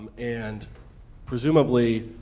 and presumably,